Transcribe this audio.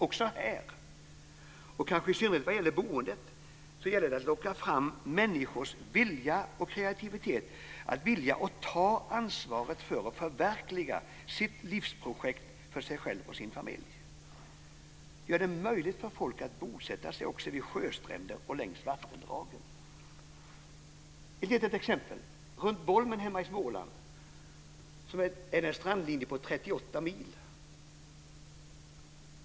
Också här, och kanske i synnerhet när det gäller boendet, gäller det att locka fram människors kreativitet och vilja att ta ansvar för att förverkliga sina livsprojekt för sig själva och sina familjer. Gör det möjligt för folk att bosätta sig också vid sjöstränder och längs vattendragen! Låt mig ta ett litet exempel. Strandlinjen runt Bolmen hemma i Småland är 38 mil.